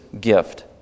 gift